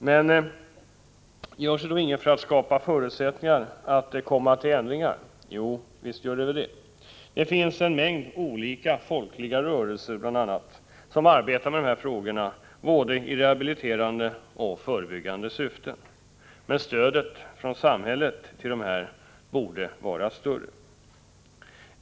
Men görs det då inget för att skapa förutsättningar att åstadkomma ändring? Jo visst! Det finns en mängd olika folkliga rörelser bl.a. som arbetar med dessa frågor i både rehabiliterande och förebyggande syfte. Men stödet från samhället till dessa borde vara större.